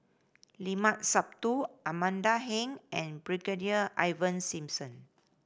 Limat Sabtu Amanda Heng and Brigadier Ivan Simson